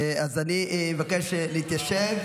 אז אבקש להתיישב.